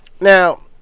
Now